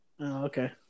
okay